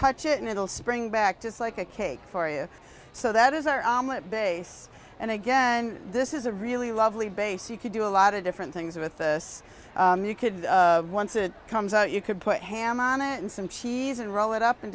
touch it and it'll spring back to slike a cake for you so that is our base and again this is a really lovely base you can do a lot of different things with this you could once it comes out you could put ham on it and some cheese and roll it up